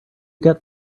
get